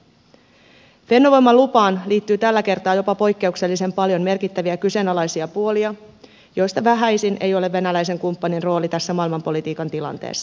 fennovoima lupaan liittyy tällä kertaa jopa poikkeuksellisen paljon merkittäviä kyseenalaisia puolia joista vähäisin ei ole venäläisen kumppanin rooli tässä maailmanpolitiikan tilanteessa